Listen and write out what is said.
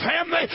family